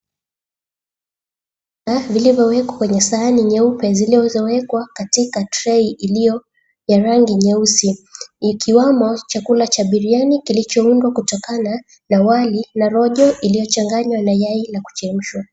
...Vilivyowekwa kwenye sahani nyeupe zilizowekwa katika {cs}tray {cs}ya rangi nyeusi ikiwamo chakula cha biriyani kilichoundwa kutokana na wali na rojo iliyochanganywa na yai na kuchemshwa.